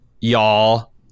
y'all